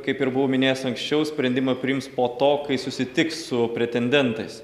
kaip ir buvau minėjęs anksčiau sprendimą priims po to kai susitiks su pretendentais